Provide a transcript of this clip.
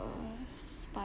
uh spi~